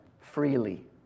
freely